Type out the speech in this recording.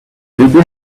bébé